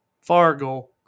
Fargo